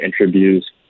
interviews